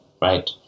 right